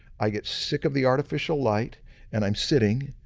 i get sick of the artificial light and i'm sitting.